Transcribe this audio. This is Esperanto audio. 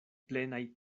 plenaj